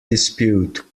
dispute